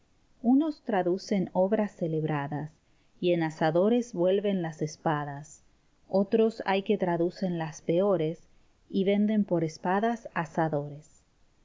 unos traducen obras celebradas y en asadores vuelven las espadas otros hay que traducen las peores y venden por espadas asadores